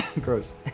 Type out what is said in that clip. Gross